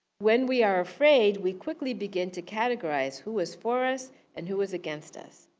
when we are afraid, we quickly begin to categorize who is for us and who is against us.